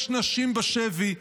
יש נשים בשבי,